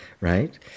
right